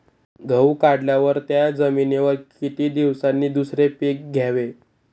गहू काढल्यावर त्या जमिनीवर किती दिवसांनी दुसरे पीक घ्यावे?